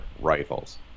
rifles